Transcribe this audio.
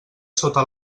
sota